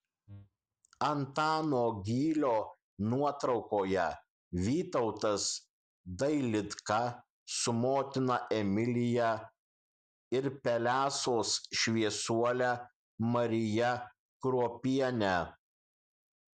antano gylio nuotraukoje vytautas dailidka su motina emilija ir pelesos šviesuole marija kruopiene